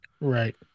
Right